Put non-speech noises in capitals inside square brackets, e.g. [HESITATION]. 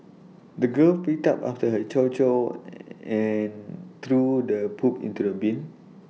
the girl picked up after her chow chow [HESITATION] and threw the poop into the bin